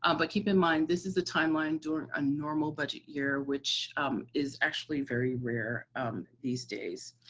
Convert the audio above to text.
ah but keep in mind this is a timeline during a normal budget year which is actually very rare these days.